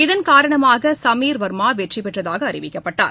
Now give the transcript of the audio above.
இதன்காரணமாக சமீர் வர்மா வெற்றிபெற்றதாக அறிவிக்கப்பட்டார்